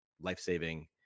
life-saving